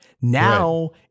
Now